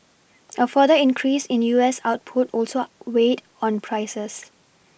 a further increase in U S output also weighed on prices